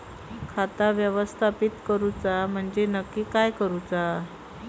खाता व्यवस्थापित करूचा म्हणजे नक्की काय करूचा?